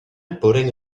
putting